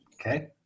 okay